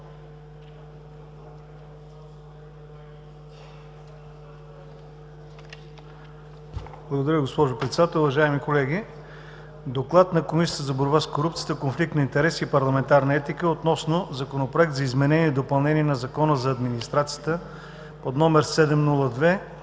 Благодаря, госпожо Председател. Уважаеми колеги! „ДОКЛАД на Комисията за борба с корупцията, конфликт на интереси и парламентарна етика относно Законопроект за изменение и допълнение на Закона за администрацията, №